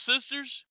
sisters